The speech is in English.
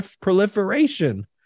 proliferation